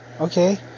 Okay